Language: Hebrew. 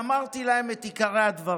ואמרתי להם את עיקרי הדברים: